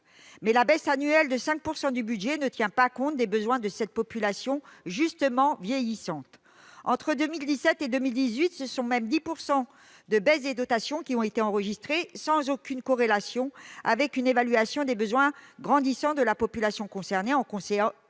Mais la diminution annuelle de 5 % du budget ne tient pas compte des besoins de cette population, justement vieillissante. Entre 2017 et 2018, ce sont même 10 % de baisse des dotations qui ont été enregistrés, sans aucune corrélation avec une évaluation des besoins grandissants de la population concernée. En conséquence,